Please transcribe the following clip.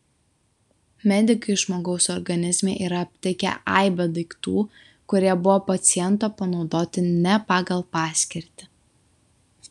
medikai žmogaus organizme yra aptikę aibę daiktų kurie buvo paciento panaudoti ne pagal paskirtį